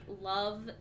love